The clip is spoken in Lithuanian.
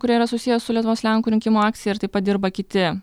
kurie yra susiję su lietuvos lenkų rinkimų akcija ir taip pat dirba kiti